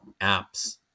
apps